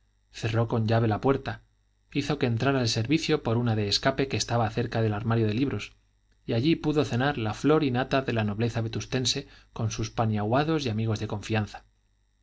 cerró con llave la puerta hizo que entrara el servicio por una de escape que estaba cerca del armario de libros y allí pudo cenar la flor y nata de la nobleza vetustense con sus paniaguados y amigos de confianza